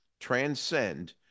transcend